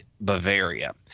Bavaria